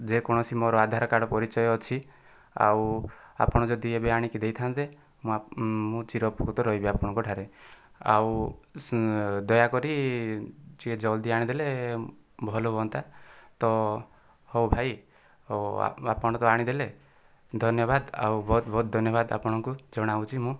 ଯେକୌଣସି ମୋର ଆଧାରକାର୍ଡ଼ ପରିଚୟ ଅଛି ଆଉ ଆପଣ ଯଦି ଏବେ ଆଣିକି ଦେଇଥାନ୍ତେ ମୁଁ ଚିରପ୍ରକୃତ ରହିବି ଆପଣଙ୍କ ଠାରେ ଆଉ ଦୟାକରି ଟିକିଏ ଜଲ୍ଦି ଆଣିଦେଲେ ଭଲ ହୁଅନ୍ତା ତ ଦେଉ ଭାଇ ଦେଉ ଆପଣ ତ ଆଣିଦେଲେ ଧନ୍ୟବାଦ ଆଉ ବହୁତ ବହୁତ ଧନ୍ୟବାଦ ଆପଣଙ୍କୁ ଜଣାଉଛି ମୁଁ